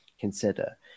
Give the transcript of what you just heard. consider